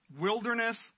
wilderness